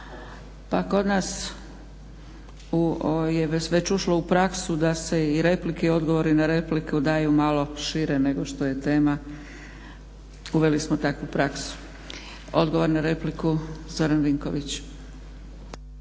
Pa kod nas je već ušlo u praksu da se i replike i odgovori na repliku daju malo šire nego što je tema. Uveli smo takvu praksu. Odgovor na repliku, Zoran Vinković.